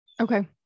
Okay